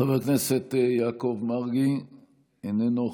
חבר הכנסת יעקב מרגי, איננו.